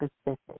specific